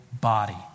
body